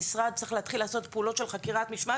המשרד צריך להתחיל לעשות פעולות של חקירת משפט.